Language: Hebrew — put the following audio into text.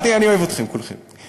אני אוהב אתכם, כולכם.